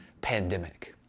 pandemic